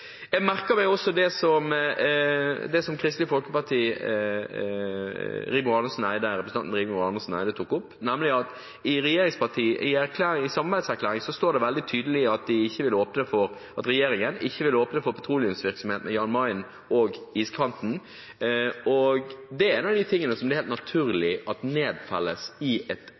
Jeg merker meg også det som representanten Rigmor Andersen Eide fra Kristelig Folkeparti tok opp, nemlig at i samarbeidserklæringen står det veldig tydelig at regjeringen ikke vil åpne for petroleumsvirksomhet ved Jan Mayen og iskanten. Det er en av de tingene som det er helt naturlig at nedfelles i et